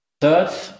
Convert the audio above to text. Third